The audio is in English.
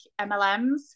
MLMs